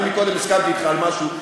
אני קודם הסכמתי אתך על משהו,